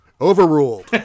Overruled